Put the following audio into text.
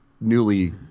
newly